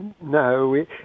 No